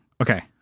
Okay